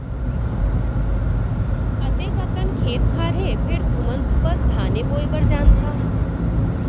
अतेक अकन खेत खार हे फेर तुमन तो बस धाने बोय भर जानथा